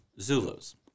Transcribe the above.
Zulus